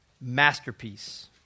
masterpiece